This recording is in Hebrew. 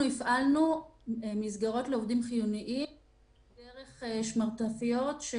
הפעלנו מסגרות לעובדים חיוניים דרך שמרטפיות.